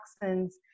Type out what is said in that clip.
toxins